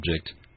object